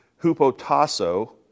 hupotasso